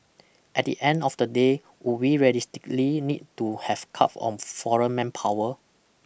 at the end of the day would we realistically need to have curb on foreign manpower